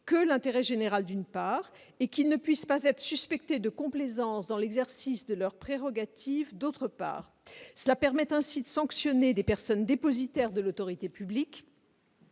que l'intérêt général, d'une part, et que ces décideurs ne puissent pas être suspectés de complaisance dans l'exercice de leurs prérogatives, d'autre part. Cela permet ainsi de sanctionner des personnes dépositaires de l'autorité publique